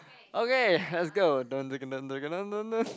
okay let's go